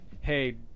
hey